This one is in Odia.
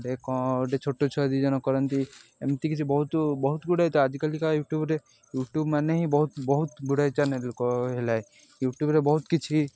କଣ ଗୋଟେ ଛୋଟ ଛୁଆ ଦୁଇ ଜଣ କରନ୍ତି ଏମିତି କିଛି ବହୁତ ବହୁତ ଗୁଡ଼ାଏ ହେଇଥାଏ ଆଜିକାଲିକା ୟୁଟ୍ୟୁବରେ ୟୁଟ୍ୟୁବ ମାନେ ହିଁ ବହୁତ ବହୁତ ଗୁଡ଼ାଏ ଚ୍ୟାନେଲ ହେଲେ ୟୁଟ୍ୟୁବରେ ବହୁତ କିଛି